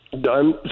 done